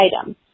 item